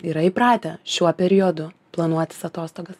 yra įpratę šiuo periodu planuotis atostogas